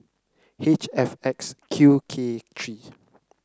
H F X Q K three